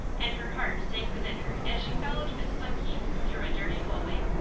and her heart sank within her as she followed mrs. o'keefe through a dirty hallway,